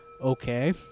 okay